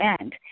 end